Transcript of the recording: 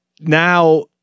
now